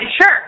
Sure